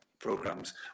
programs